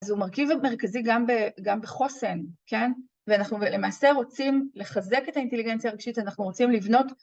אז הוא מרכיב מרכזי גם בחוסן, כן? ואנחנו למעשה רוצים לחזק את האינטליגנציה הרגשית, אנחנו רוצים לבנות.